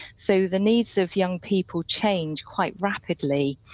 so the needs of young people change quite rapidly.